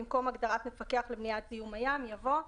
במקום הגדרת "מפקח למניעת זיהום הים" יבוא: